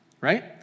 right